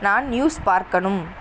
நான் நியூஸ் பார்க்கணும்